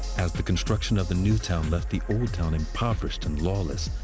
as the construction of the new town left the old town impoverished and lawless,